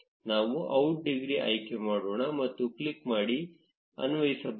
ನಾವು out degree ಆಯ್ಕೆ ಮಾಡೋಣ ಮತ್ತು ಕ್ಲಿಕ್ ಮಾಡಿ ಅನ್ವಯಿಸಬಹುದು